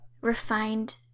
refined